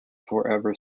forever